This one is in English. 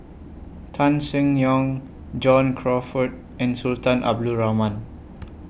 Tan Seng Yong John Crawfurd and Sultan Abdul Rahman